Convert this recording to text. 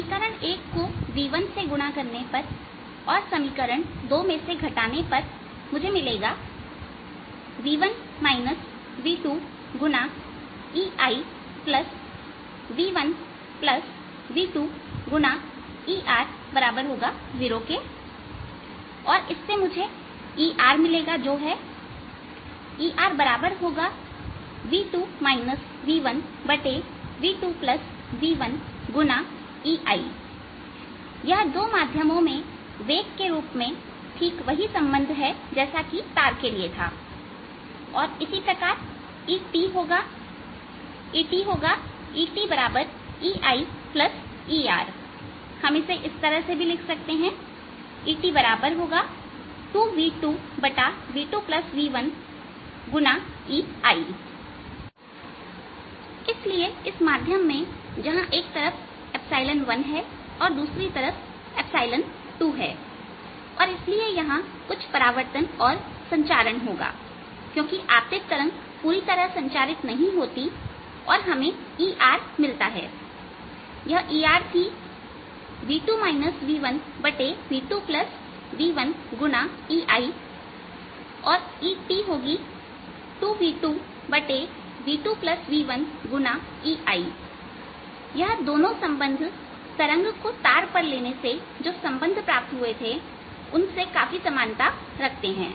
समीकरण 1 को v1 से गुणा करने पर और समीकरण 2 में से घटाने पर मुझे मिलेगा v1 v2EI v1v2ER0 और इससे मुझे ER मिलेगा जो है ERv2 v1v2v1EI यह दो माध्यमों में वेग के रूप में ठीक वही संबंध है जैसा की तार के लिए था और इसी प्रकार ETहोगा ET EI ERइसे हम इस तरह भी लिख सकते हैं ET 2v2v2v1E1 या ERv2 v1v2v1E1 ET EI ER2v2v2v1E1 इसलिए इस माध्यम में जहां एक तरफ 1 है और दूसरी तरफ 2 है और इसलिए यहां कुछ परावर्तन और संचारण होगा क्योंकि आपतित तरंग पूरी तरह संचारित नहीं होती है और हमें ER मिलती है यह थी ERv2 v1v2v1EI और ETहोगी ET2v2v2v1E1यह दोनों संबंध तरंग को तार पर लेने पर जो संबंध प्राप्त हुए थे उनसे काफी समानता रखते हैं